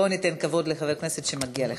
בוא ניתן כבוד לחבר הכנסת שמגיע לכאן.